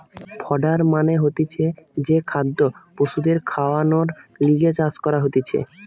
fodder মানে হতিছে যে খাদ্য পশুদের খাওয়ানর লিগে চাষ করা হতিছে